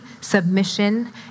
submission